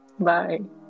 -bye